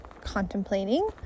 contemplating